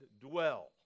dwell